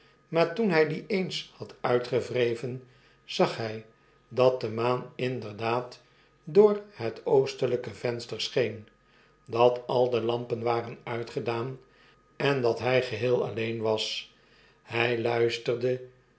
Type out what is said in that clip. maar toen hij die eens had mtgewreven zag hg dat de maan inderdaad door het oostelijke venster scheen dat al de lampen waren uitgedaan en dat hg geheel aileen was hy luisterde